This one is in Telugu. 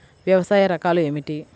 వ్యవసాయ రకాలు ఏమిటి?